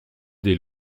des